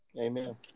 Amen